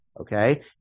okay